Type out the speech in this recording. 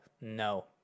no